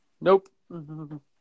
Nope